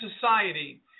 society